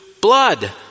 blood